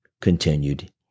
continued